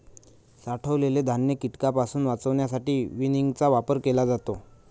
साठवलेले धान्य कीटकांपासून वाचवण्यासाठी विनिंगचा वापर केला जातो